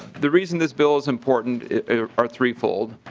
the reason this bill is important are threefold.